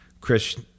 Chris